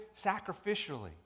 sacrificially